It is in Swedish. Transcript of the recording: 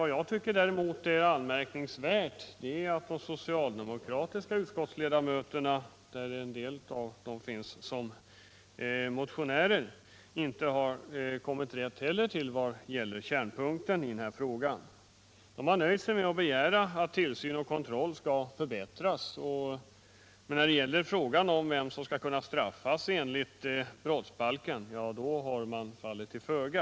Däremot tycker jag att det är anmärkningsvärt att de socialdemokratiska utskottsledamöterna, av vilka en del har motionerat i frågan, inte heller har kommit rätt vad gäller kärnpunkten i sammanhanget. De har nöjt sig med att begära att tillsyn och kontroll skall förbättras, men när det gäller frågan om vem som skall kunna straffas enligt brottsbalken har de fallit till föga.